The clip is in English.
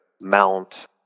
mount